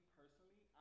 personally